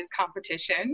competition